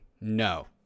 No